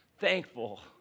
Thankful